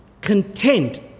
content